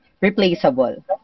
replaceable